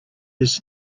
his